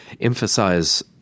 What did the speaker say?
emphasize